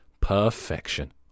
perfection